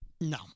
No